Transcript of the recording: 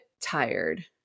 tired